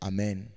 Amen